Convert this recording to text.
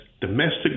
domestic